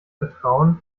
vertrauen